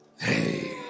Hey